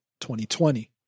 2020